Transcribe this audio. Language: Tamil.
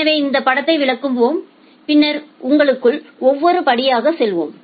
எனவே இந்த படத்தை விளக்குவோம் பின்னர் உள்ளகங்களுக்கு ஒவ்வொரு படியாக செல்வோம்